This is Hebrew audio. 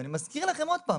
אני מזכיר לכם שוב,